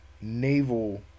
naval